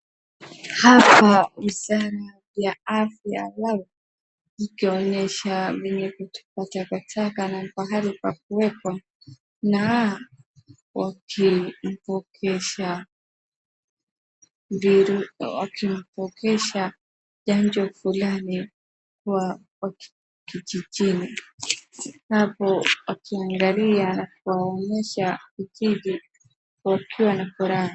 Hapa msana wa afya lao ikionyesha venye kutupa takataka na mahali pa kuwekwa na wakimpokesha chanjo fulani kwa kijijini hapo akiangalia anawaonyesha kukidhi wakiwa na furaha.